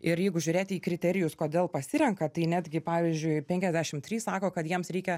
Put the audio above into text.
ir jeigu žiūrėti į kriterijus kodėl pasirenka tai netgi pavyzdžiui penkiasdešim trys sako kad jiems reikia